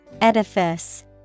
Edifice